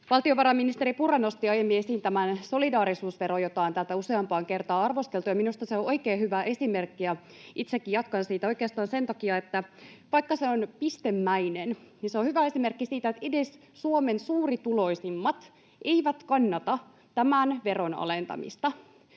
Valtiovarainministeri Purra nosti jo aiemmin esiin tämän solidaarisuusveron, jota on täältä useampaan kertaan arvosteltu, ja itsekin jatkan siitä. Minusta se on oikein hyvä esimerkki oikeastaan sen takia, että vaikka se on pistemäinen, niin se on hyvä esimerkki siitä, että edes Suomen suurituloisimmat eivät kannata tämän veron alentamista.